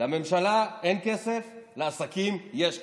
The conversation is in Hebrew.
לממשלה אין כסף, לעסקים יש כסף.